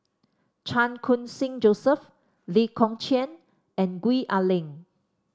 Chan Khun Sing Joseph Lee Kong Chian and Gwee Ah Leng